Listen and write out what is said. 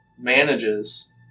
manages